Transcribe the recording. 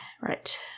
Right